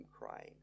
crying